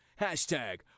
hashtag